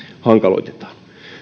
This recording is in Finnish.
hankaloitetaan